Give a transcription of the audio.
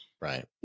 Right